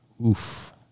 oof